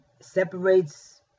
separates